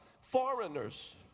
foreigners